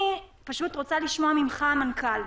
אני רוצה לשמוע ממך, המנכ"ל,